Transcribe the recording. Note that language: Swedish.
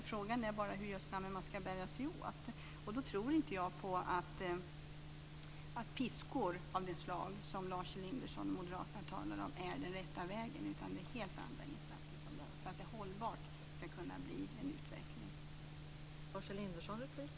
Frågan är hur man ska bära sig åt. Jag tror inte på att piskor av det slag som Lars Elinderson och moderaterna talar om är den rätta vägen. Det är helt andra insatser som behövs för att det ska kunna bli en hållbar utveckling.